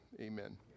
Amen